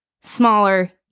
smaller